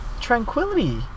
Tranquility